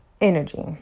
energy